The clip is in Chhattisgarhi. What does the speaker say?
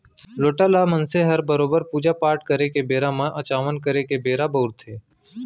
लोटा ल मनसे हर बरोबर पूजा पाट करे के बेरा म अचावन करे के बेरा बउरथे